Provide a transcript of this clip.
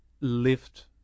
lift